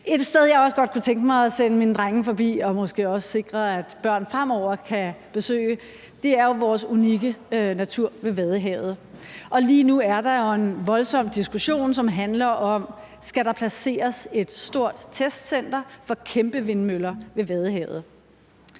Et sted, jeg også godt kunne tænke mig at sende mine drenge forbi og måske også sikre, at børn fremover kan besøge, er jo vores unikke natur ved Vadehavet. Lige nu er der en voldsom diskussion, som handler om, om der skal placeres et stort testcenter for kæmpevindmøller ved Vadehavet.